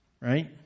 Right